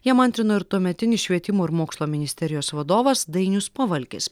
jam antrino ir tuometinis švietimo ir mokslo ministerijos vadovas dainius pavalkis